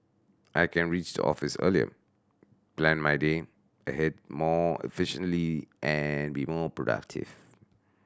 I can reach the office earlier plan my day ahead more efficiently and be more productive